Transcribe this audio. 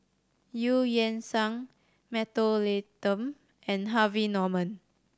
Eu Yan Sang Mentholatum and Harvey Norman